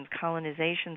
colonization